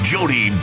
Jody